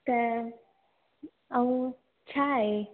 त ऐं छाहे